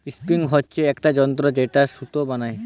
spinning হচ্ছে একটা যন্ত্র যেটায় সুতো বানাই